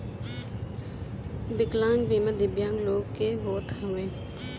विकलांग बीमा दिव्यांग लोग के होत हवे